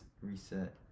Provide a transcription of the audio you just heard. reset